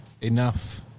enough